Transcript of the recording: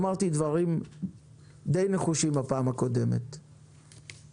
אמרתי דברים נחושים למדי בפעם הקודמת ולמרות